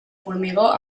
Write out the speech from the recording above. formigó